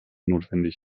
notwendig